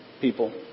people